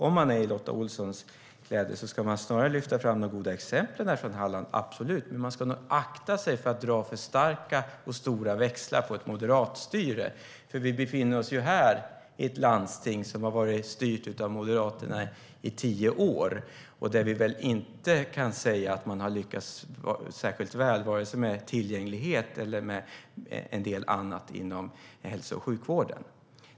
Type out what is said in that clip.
Om man är i Lotta Olsson kläder ska man absolut lyfta fram de goda exemplen från Halland, men man ska nog akta sig för att dra för stora växlar på att det är moderatstyre. Vi befinner oss ju här i Stockholm i ett landsting som har varit styrt av Moderaterna i tio år, och här kan vi inte säga att man har lyckats särskilt väl vare sig med tillgänglighet eller en del annat inom hälso och sjukvården.